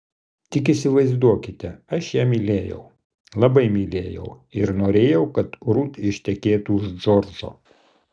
tik įsivaizduokite aš ją mylėjau labai mylėjau ir norėjau kad rut ištekėtų už džordžo